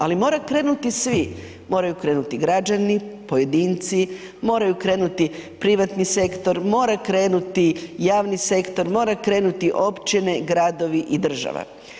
Ali mora krenuti svi, moraju krenuti građani, pojedinci, moraju krenuti privatni sektor, mora krenuti javni sektor, moraju krenuti općine, gradovi i države.